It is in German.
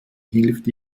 hilft